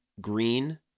green